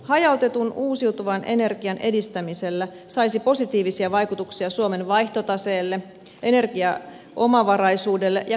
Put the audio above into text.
hajautetun uusiutuvan energian edistämisellä saisi positiivisia vaikutuksia suomen vaihtotaseelle energiaomavaraisuudelle ja cleantech alan kasvulle